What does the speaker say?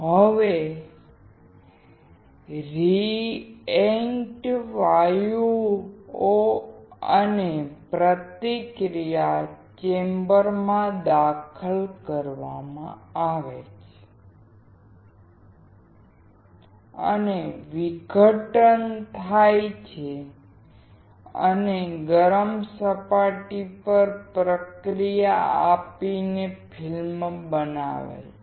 હવે રિએક્ટન્ટ વાયુ ઓ પ્રતિક્રિયા ચેમ્બરમાં દાખલ કરવામાં આવે છે અને વિઘટન થાય છે અને ગરમ સપાટી પર પ્રતિક્રિયા આપીને ફિલ્મ બનાવે છે